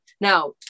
Now